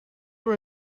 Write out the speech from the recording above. were